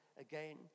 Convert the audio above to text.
again